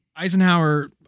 Eisenhower